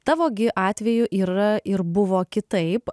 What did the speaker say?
tavo gi atveju yra ir buvo kitaip